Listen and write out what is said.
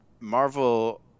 Marvel